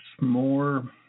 more